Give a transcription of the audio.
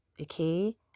okay